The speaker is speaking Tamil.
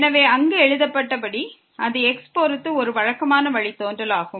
எனவே அங்கு எழுதப்பட்டபடி அது x பொறுத்து ஒரு வழக்கமான வழித்தோன்றல் ஆகும்